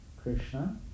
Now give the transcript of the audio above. Krishna